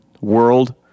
world